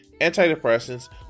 antidepressants